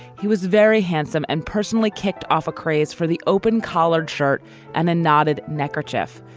he was very handsome and personally kicked off a craze for the open collared shirt and a knotted neckerchief.